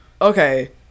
okay